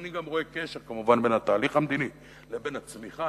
מובן שאני גם רואה קשר בין התהליך המדיני לבין הצמיחה,